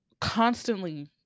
constantly